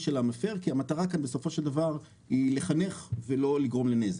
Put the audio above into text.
של המפר כי המטרה כאן בסופו של דבר היא לחנך ולא לגרום לנזק.